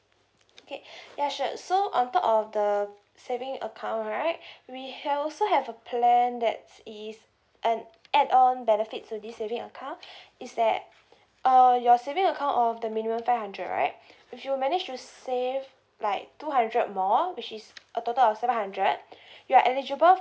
okay ya sure so on top of the saving account right we have also have a plan that is an add on benefit to this saving account it's that uh your saving account of the minimum five hundred right if you manage to save like two hundred more which is a total of seven hundred you are eligible